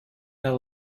their